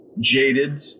jaded